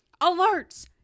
Alerts